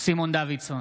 סימון דוידסון,